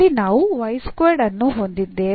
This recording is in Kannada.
ಇಲ್ಲಿ ನಾವು ಅನ್ನು ಹೊಂದಿದ್ದೇವೆ